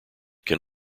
can